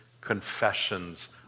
confessions